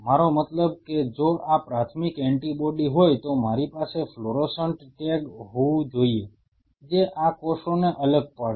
મારો મતલબ કે જો આ પ્રાથમિક એન્ટિબોડી હોય તો મારી પાસે ફ્લોરોસન્ટ ટેગ હોવું જોઈએ જે આ કોષોને અલગ પાડશે